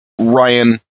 Ryan